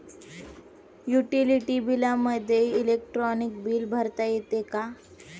Utility बिलामध्ये electronic bill भरता येते का?